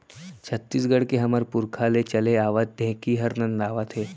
छत्तीसगढ़ के हमर पुरखा ले चले आवत ढेंकी हर नंदावत हे